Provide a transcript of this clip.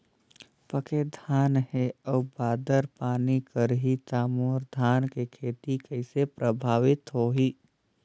पके धान हे अउ बादर पानी करही त मोर धान के खेती कइसे प्रभावित होही?